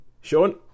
Sean